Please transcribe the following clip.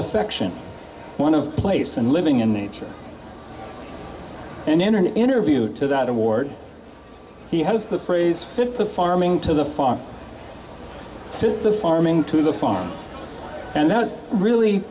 affection one of place and living in nature and internet interview to that award he has the phrase fifth the farming to the farm to the farming to the farmer and that really